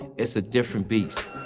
it's a different beast.